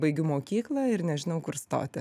baigiu mokyklą ir nežinau kur stoti